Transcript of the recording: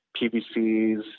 PVCs